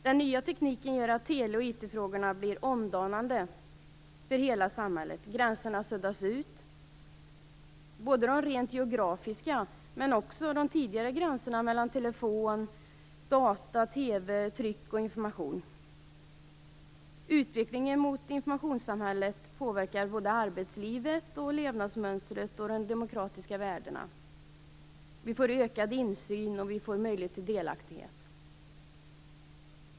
Den nya tekniken gör att tele och IT-frågorna blir omdanande för hela samhället - gränserna suddas ut, både de rent geografiska och även de tidigare gränserna mellan telefon, data, TV, tryck och information. Utvecklingen mot informationssamhället påverkar såväl arbetslivet som levnadsmönstret och de demokratiska värdena. Vi får ökad insyn och möjlighet till delaktighet.